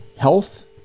health